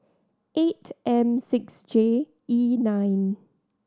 eight M six J E nine